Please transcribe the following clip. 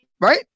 right